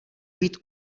být